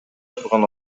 турган